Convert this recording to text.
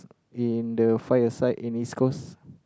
in the fight aside in East Coast